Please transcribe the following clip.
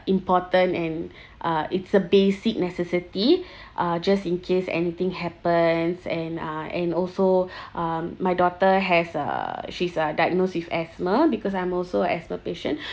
important and uh it's a basic necessity uh just in case anything happens and uh and also um my daughter has uh she's uh diagnosed with asthma because I'm also asthma patient